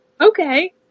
Okay